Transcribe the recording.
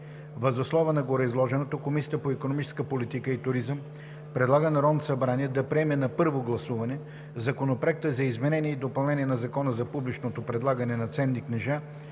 Въз основа на гореизложеното Комисията по икономическа политика и туризъм предлага на Народното събрание да приеме на първо гласуване Законопроект за изменение и допълнение на Закона за публичното предлагане на ценни книжа,